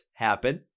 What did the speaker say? happen